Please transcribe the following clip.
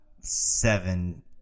seven